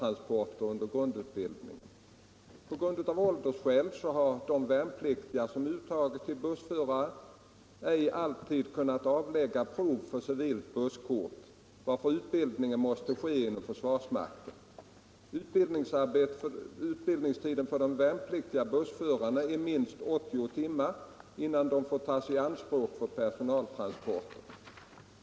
Av åldersskäl har de värnpliktiga som uttagits till bussförare ej alltid hunnit avlägga prov för civilt busskort, varför utbildning måste ske inom försvarsmakten. Utbildningstiden för de värnpliktiga bussförarna är minst Nr 23 80 timmar innan de får tas i anspråk för personaltransport.